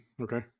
Okay